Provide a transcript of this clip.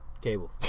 cable